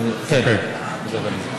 כן, פקודת הנזיקין.